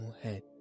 head